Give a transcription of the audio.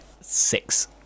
six